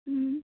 ꯎꯝ